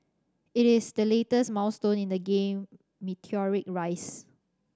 it is the latest milestone in the game meteoric rise